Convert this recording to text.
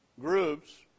groups